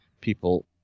people